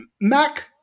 Mac